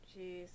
jeez